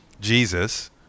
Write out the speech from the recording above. Jesus